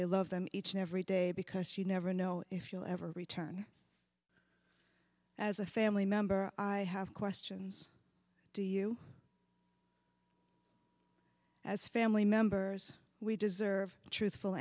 they love them each and every day because you never know if you'll ever return as a family member i have questions to you as family members we deserve truthful